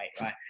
right